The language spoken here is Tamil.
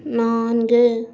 நான்கு